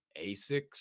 ASICS